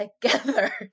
together